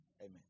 Amen